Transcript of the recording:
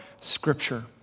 scripture